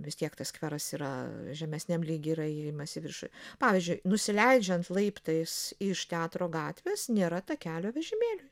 vis tiek tas skveras yra žemesniam lygy yra įėjimas į viršų pavyzdžiui nusileidžiant laiptais iš teatro gatvės nėra takelio vežimėliui